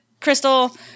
crystal